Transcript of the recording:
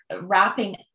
wrapping